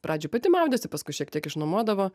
pradžioj pati maudėsi paskui šiek tiek išnuomuodavo